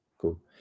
cool